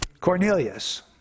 Cornelius